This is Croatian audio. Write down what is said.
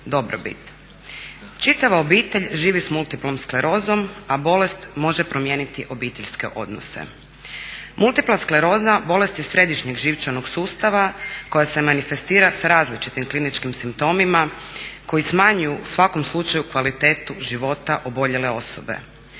dobrobit. Čitava obitelj živi sa multiplom sklerozom, a bolest može promijeniti obiteljske odnose. Multipla skleroza bolest je središnjeg živčanog sustava koja se manifestira sa različitim kliničkim simptomima koji smanjuju u svakom slučaju kvalitetu života oboljele osobe.